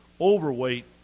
overweight